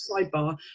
sidebar